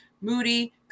Moody